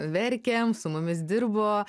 verkėm su mumis dirbo